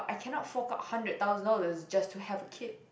I cannot fork out hundred thousand dollars just to have a kid